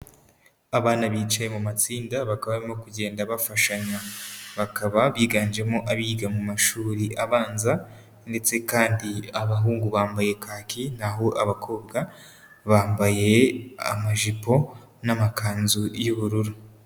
Abana bicaye mu matsinda bakaba barimo kugenda bafashanya, bakaba biganjemo abiga mu mashuri abanza ndetse kandi abahungu bambaye kaki n'aho abakobwa bambaye amajipo n'amakanzu y'ubururu.